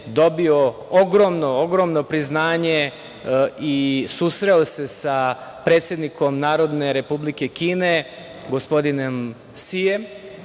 dobio ogromno priznanje i susreo se sa predsednikom Narodne Republike Kine, gospodinom Sijem,